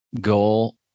goal